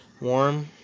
warm